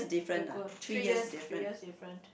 equal three years three years difference